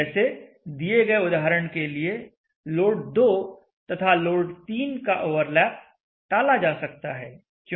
जैसे दिए गए उदाहरण के लिए लोड 2 तथा लोड 3 का ओवरलैप टाला जा सकता है